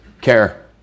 care